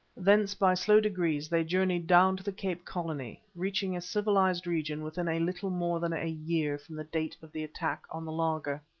thence by slow degrees they journeyed down to the cape colony, reaching a civilized region within a little more than a year from the date of the attack on the laager.